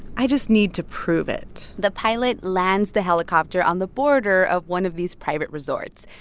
i just need to prove it the pilot lands the helicopter on the border of one of these private resorts.